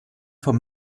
vom